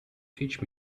teach